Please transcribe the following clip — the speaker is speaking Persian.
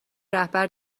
رهبر